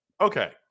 Okay